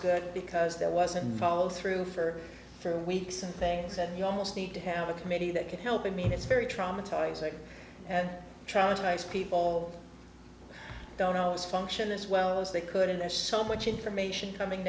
good because there wasn't follow through for for weeks and things that you almost need to have a committee that can help you mean it's very traumatizing and traumatized people don't always function as well as they could and there's so much information coming